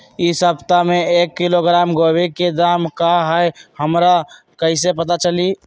इ सप्ताह में एक किलोग्राम गोभी के दाम का हई हमरा कईसे पता चली?